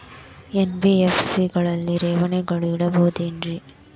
NBFC ಗಳಲ್ಲಿ ಠೇವಣಿಗಳನ್ನು ಇಡಬಹುದೇನ್ರಿ?